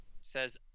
Says